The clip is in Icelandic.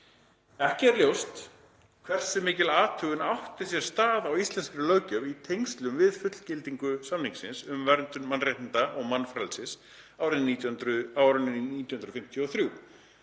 Ekki er ljóst hversu mikil athugun átti sér stað á íslenskri löggjöf í tengslum við fullgildingu samningsins um verndun mannréttinda og mannfrelsis á árinu 1953.